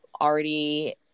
already